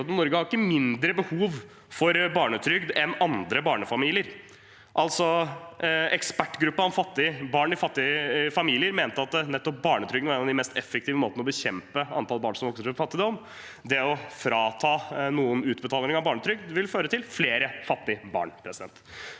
Norge har ikke mindre behov for barnetrygd enn andre barnefamilier. Altså: Ekspertgruppen om barn i fattige familier mente at nettopp barnetrygden er en av de mest effektive måtene å bekjempe antall barn som opplever fattigdom. Det å frata noen utbetaling av barnetrygd vil føre til flere fattige barn.